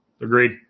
Agreed